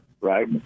right